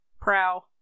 prow